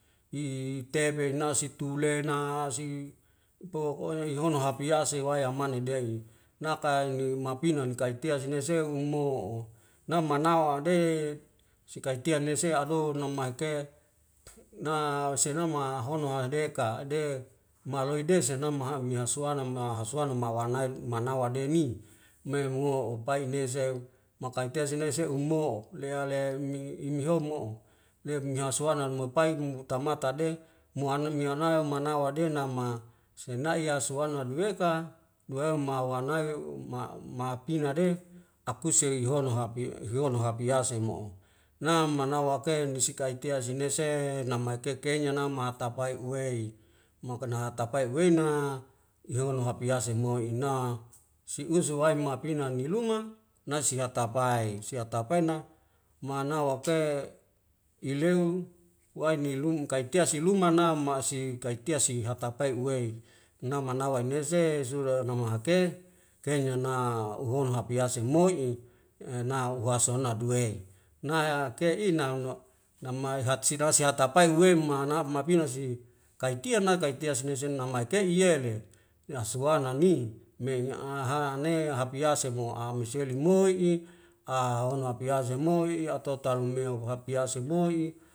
I'i tebe nasi tulena naaa si pokonya ihono hapiase wayamane deli nakail ni mapinan kai tea sinase'um mo'o namanawa de sikaitian ne se ado nomahe ke na senama hohono hade ka de maloe de senama ha'mia'suala ma hasuana ma wanail manawa deni naimwo upai nezel makanteiz ele se'umo'o lea lea imini iniho mo'o leat mahaswana mapain tamata de moana meana manawa dena ma sena'ya suana newekan duwe mau wanai ma ma ma pina de akuse ihono hap ye hiyono hap hiyase mo'o na mana wakene sikai tia zinese namakekenya nama atapai uwei makanhatapai uwena ihono hapiase moe ina si'usu wae mapina ngiluma nasi hatapae siatapae na manawake ileo wainilum kaitea silumana masi kaitea si hatapai uwei na mana waineze zuda namahake kenyana uhon hapiase moi'i ena uhasona duwe na ke ina mo nama e hatsinasi hatapae weimana mapina si kaitian na kaitia senasenamai ke'iyele yasuwana ni me a ha ne hapiase mo amesele moi'i a hono hapeaze moi'i atau tanu meu hapease moi